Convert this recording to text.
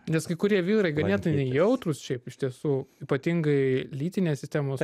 nes kai kurie vyrai ganėtinai jautrūs šiaip iš tiesų ypatingai lytinės sistemos